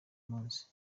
munsi